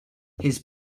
his